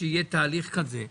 ושיהיה תהליך כזה,